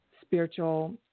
spiritual